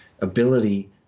ability